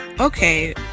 Okay